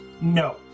No